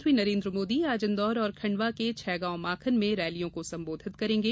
प्रधानमंत्री नरेन्द्र मोदी आज इन्दौर और खंडवा के छैगॉवमाखन में रैलियों को संबोधित करेंगे